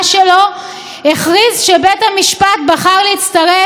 וקבע כי בג"ץ חייב לחשב מסלול מחדש.